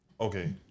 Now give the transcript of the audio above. okay